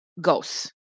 ghosts